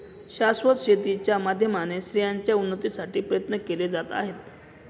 शाश्वत शेती च्या माध्यमाने स्त्रियांच्या उन्नतीसाठी प्रयत्न केले जात आहे